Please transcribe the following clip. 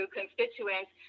constituents